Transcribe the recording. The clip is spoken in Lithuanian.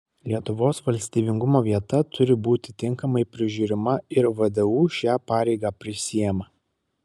lietuvos valstybingumo vieta turi būti tinkamai prižiūrima ir vdu šią pareigą prisiima